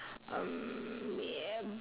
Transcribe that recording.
um